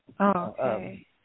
Okay